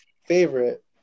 favorite